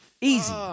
Easy